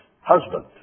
husband